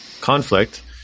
conflict